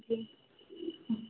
जी हाँ